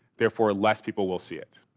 therefore less people will see it.